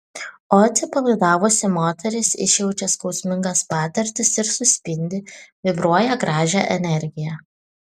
o atsipalaidavusi moteris išjaučia skausmingas patirtis ir suspindi vibruoja gražią energiją